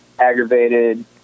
aggravated